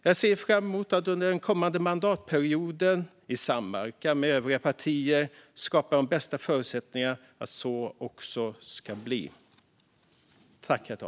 Jag ser fram emot att under den kommande mandatperioden och i samverkan med övriga partier skapa de bästa förutsättningarna för detta.